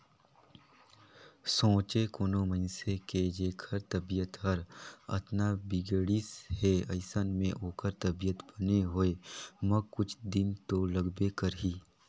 सोंचे कोनो मइनसे के जेखर तबीयत हर अतना बिगड़िस हे अइसन में ओखर तबीयत बने होए म कुछ दिन तो लागबे करही